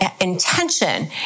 intention